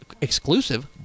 exclusive